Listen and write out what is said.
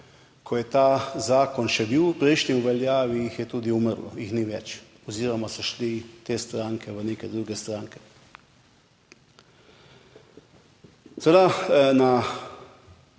ko je ta zakon še bil prejšnji v veljavi, jih je tudi umrlo, jih ni več oziroma so šli te stranke v neke druge stranke.